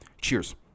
Cheers